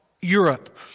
Europe